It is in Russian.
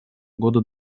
года